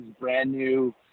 brand-new